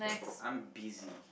I'm busy